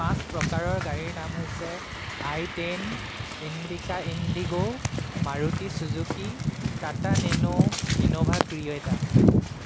পাঁচ প্ৰকাৰৰ গাড়ীৰ নাম হৈছে i ten Indica Indigo Maruti Suzuki Tata Nano Innova Creta